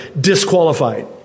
disqualified